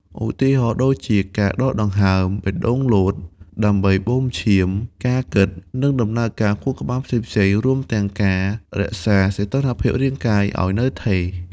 ឧទាហរណ៍ដូចជា ការដកដង្ហើម បេះដូងលោត ដើម្បីបូមឈាម ការគិត និងដំណើរការខួរក្បាលផ្សេងៗ រួមទាំងការ រក្សាសីតុណ្ហភាពរាងកាយ ឱ្យនៅថេរ។